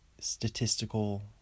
statistical